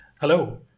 Hello